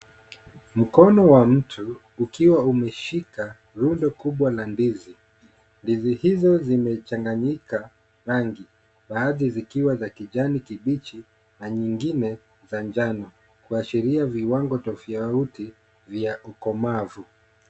Mkono wa mtu ukiwa umeshika rundo kubwa la ndizi. Ndizi hizo zimechanganyika rangi baadhi zikiwa za kijani kibichi na nyingine za njano. Kuashiria viwango tofauti vya ukomavu.